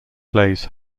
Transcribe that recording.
plays